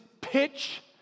pitch